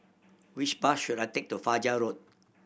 which bus should I take to Fajar Road